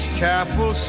careful